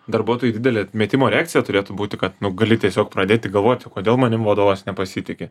darbuotojui didelė atmetimo reakcija turėtų būti kad nu gali tiesiog pradėti galvoti kodėl manim vadovas nepasitiki